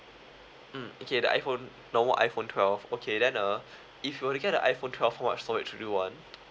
mm okay the iphone normal iphone twelve okay then uh if you were to get the iphone twelve what storage would you want